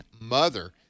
mother